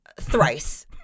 thrice